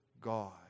God